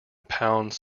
pounds